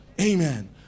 amen